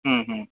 हूँ हूँ